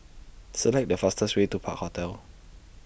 Select The fastest Way to Park Hotel